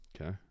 Okay